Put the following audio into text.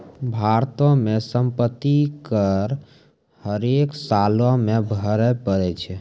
भारतो मे सम्पति कर हरेक सालो मे भरे पड़ै छै